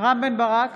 רם בן ברק,